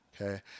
okay